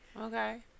Okay